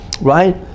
right